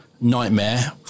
nightmare